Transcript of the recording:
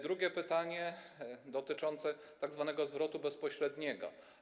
Drugie pytanie dotyczy tzw. zwrotu bezpośredniego.